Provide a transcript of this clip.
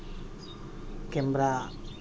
camera